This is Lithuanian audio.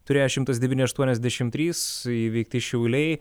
turėjo šimtas devyni aštuoniasdešim trys įveikti šiauliai